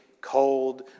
cold